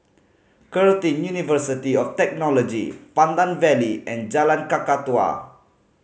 Curtin University of Technology Pandan Valley and Jalan Kakatua